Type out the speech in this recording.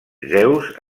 zeus